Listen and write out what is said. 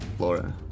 Laura